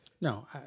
No